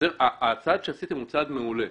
הצעד שעשיתם הוא צעד מעולה.